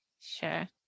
Sure